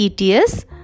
ETS